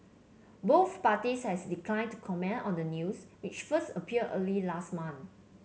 both parties has declined to comment on the news which first appeared early last month